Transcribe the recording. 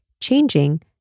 Changing